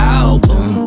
album